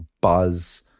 buzz